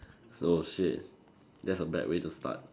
oh shit that's a bad way to start